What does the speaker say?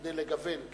כדי לגוון,